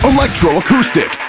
Electroacoustic